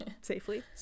safely